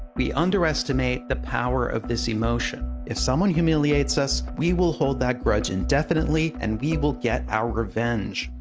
we underestimate the power of this emotion. if someone humiliates us, we will hold that grudge indefinitely, and we will get our revenge.